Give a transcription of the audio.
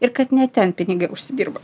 ir kad ne ten pinigai užsidirba